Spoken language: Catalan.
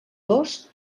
dos